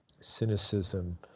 cynicism